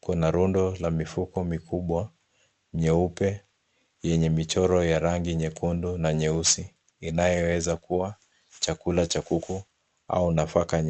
kuna rundo la mifuko mikubwa nyeupe yenye michoro ya rangi nyekundu na nyeusi, inayoweza kuwa chakula cha kuku au nafaka.